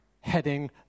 heading